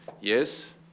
yes